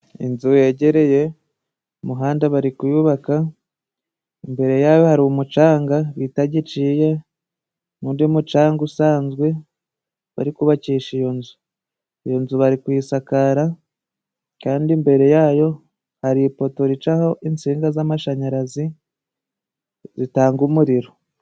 Inzu yegereye umuhanda bari kuyubaka imbere yayo hari umucanga bita giciye, n'undi mucanga usanzwe bari kubakisha iyo nzu, iyo nzu bari kuyisakara kandi imbere yayo hari ipoto ricaho insinga z'amashanyarazi zitanga umuriro.